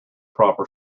proper